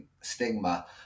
stigma